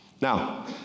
Now